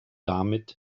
damit